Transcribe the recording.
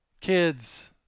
Kids